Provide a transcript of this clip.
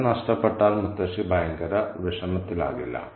ഇല നഷ്ടപ്പെട്ടാൽ മുത്തശ്ശി ഭയങ്കര വിഷമത്തിലാകില്ല